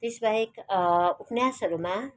त्यस बाहेक उपन्यासहरूमा